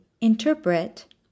interpret